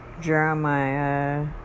Jeremiah